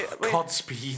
Godspeed